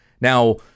now